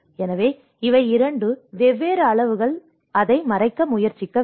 எனவே இவை இரண்டு வெவ்வேறு அளவுகள் அதை மறைக்க முயற்சிக்க வேண்டும்